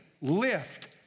lift